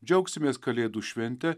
džiaugsimės kalėdų švente